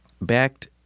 backed